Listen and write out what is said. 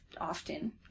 often